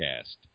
Cast